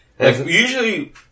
Usually